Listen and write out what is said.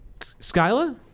Skyla